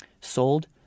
sold